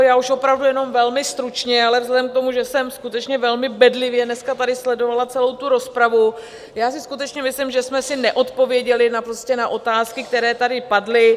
Já už opravdu jenom velmi stručně, ale vzhledem k tomu, že jsem skutečně velmi bedlivě dneska tady sledovala celou tu rozpravu, si skutečně myslím, že jsme si neodpověděli na otázky, které tady padly.